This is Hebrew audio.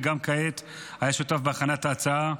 וגם כעת היה שותף בהכנת ההצעה.